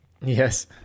Yes